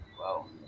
Wow